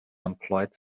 employed